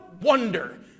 wonder